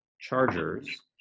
chargers